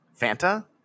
Fanta